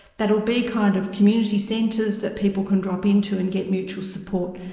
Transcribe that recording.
that'll be kind of community centres that people can drop into and get mutual support,